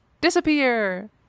Disappear